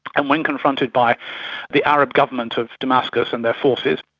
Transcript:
and when confronted by the arab government of damascus and their forces,